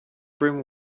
brim